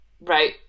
right